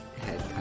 head